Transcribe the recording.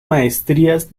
maestrías